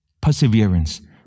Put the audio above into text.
Perseverance